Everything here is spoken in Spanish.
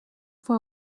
fue